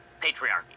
patriarchy